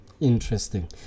Interesting